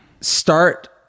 start